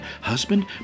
husband